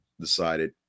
decided